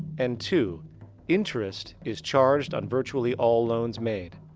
and two interest is charged on virtually all loans made,